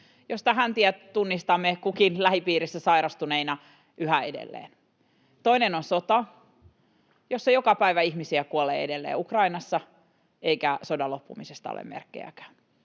josta häntiä tunnistamme kukin lähipiirissä sairastuneina yhä edelleen. Toinen on sota, jossa joka päivä ihmisiä kuolee edelleen Ukrainassa, eikä sodan loppumisesta ole merkkiäkään.